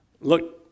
Look